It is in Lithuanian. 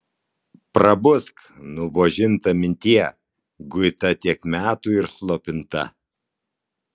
prabusk nubuožinta mintie guita tiek metų ir slopinta